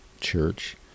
church